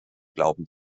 glauben